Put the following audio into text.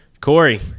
Corey